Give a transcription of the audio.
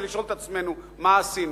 ולשאול את עצמנו מה עשינו.